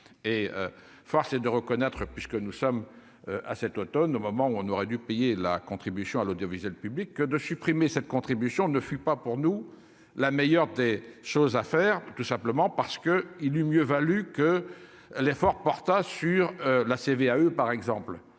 et force est de reconnaître, puisque nous sommes à cet Automne, au moment où on aurait dû payer la contribution à l'audiovisuel public que de supprimer cette contribution ne fut pas pour nous la meilleure des choses à faire, tout simplement parce que il eut mieux valu que l'effort portant sur la CVAE par exemple